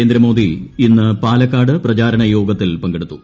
നരേന്ദ്രമോദി ഇന്ന് പാലക്കാട് പ്രചാരണയോഗത്തിൽ പങ്കെടുത്തു